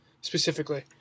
specifically